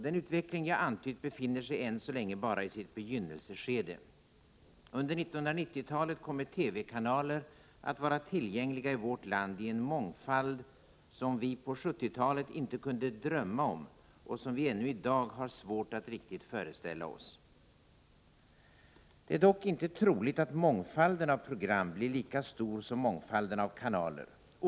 Den utveckling jag antytt befinner sig än så länge bara i sitt begynnelseskede. Under 1990-talet kommer TV-kanaler att vara tillgängliga i vårt land i en mångfald som vi på 1970-talet inte kunde drömma om och som vi än i dag har svårt att riktigt föreställa oss. Det är dock inte troligt att mångfalden av program blir lika stor som mångfalden av kanaler. Åtskilliga programbolag — Prot.